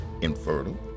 infertile